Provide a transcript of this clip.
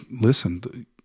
listen